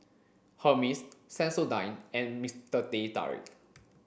Hermes Sensodyne and Mister Teh Tarik